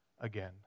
again